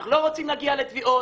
אנחנו לא רוצים להגיע לתביעות,